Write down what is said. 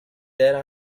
there